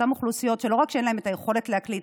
אותן אוכלוסיות שלא רק שאין להן את היכולת להקליט,